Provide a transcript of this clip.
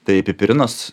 tai pipirinas